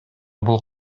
бул